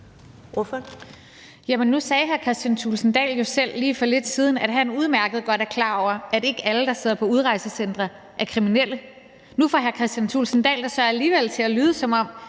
Nu sagde hr. Kristian Thulesen Dahl jo selv lige for lidt siden, at han udmærket godt er klar over, at ikke alle, der sidder på udrejsecentre, er kriminelle, og nu får hr. Kristian Thulesen Dahl det så alligevel til at lyde, som om